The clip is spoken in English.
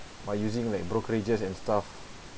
by using like brokerages and stuff